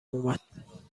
اومد